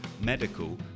medical